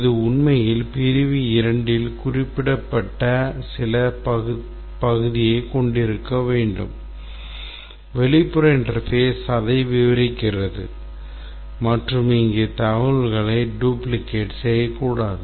இது உண்மையில் பிரிவு 2 இல் குறிப்பிடப்பட்ட சில பகுதியைக் கொண்டிருக்க வேண்டும் வெளிப்புற interface அதை விவரிக்கிறது மற்றும் இங்கே தகவல்களை duplicate செய்யக்கூடாது